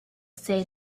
say